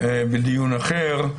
בדיון אחר,